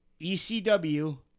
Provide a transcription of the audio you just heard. ECW